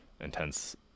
intense